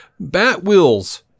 Batwheels